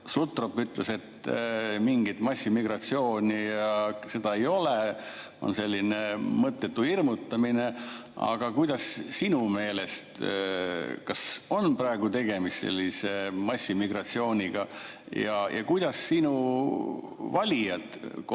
Sutrop ütles, et mingit massiimmigratsiooni ei ole, on selline mõttetu hirmutamine. Aga kuidas sinu meelest on? Kas praegu on tegemist sellise massiimmigratsiooniga? Kuidas sinu valijad